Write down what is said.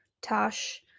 Tosh